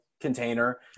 container